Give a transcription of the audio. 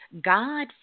God